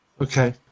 Okay